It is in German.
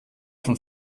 von